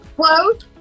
Close